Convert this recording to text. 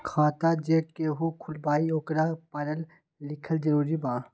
खाता जे केहु खुलवाई ओकरा परल लिखल जरूरी वा?